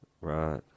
Right